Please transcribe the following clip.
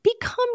become